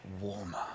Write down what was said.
warmer